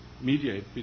mediate